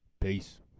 Peace